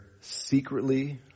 secretly